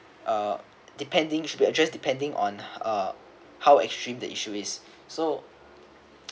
uh depending should be addressed depending on uh how extreme the issue is so